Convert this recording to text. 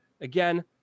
again